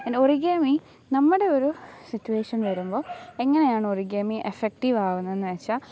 origami നമ്മുടെ ഒരു situation വരുമ്പോൾ എങ്ങനെയാണ് ഒറിഗാമി എഫക്റ്റീവ് ആകുക എന്ന് വെച്ചാൽ